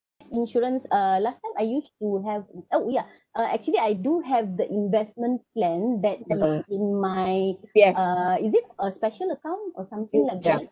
insurance uh last time I used to have oh yeah uh actually I do have the investment plan that is in my uh is it a special account or something like that